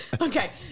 Okay